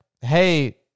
hey